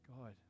God